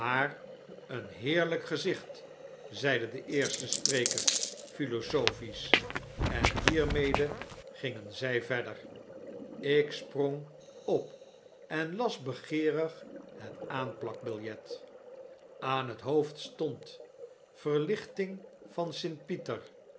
een heerlyk gezicht zeide de eerste spreker philosophisch en hiermede gingen zy verder ik sprong op en las begeerig het aanplakbiljet aan net hoofd stond verlichting van st pieter